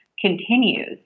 continues